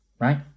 right